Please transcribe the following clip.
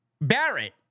Barrett